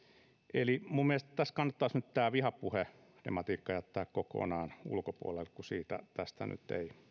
eli minun mielestäni tässä kannattaisi nyt tämä vihapuhetematiikka jättää kokonaan ulkopuolelle kun siitä tässä nyt ei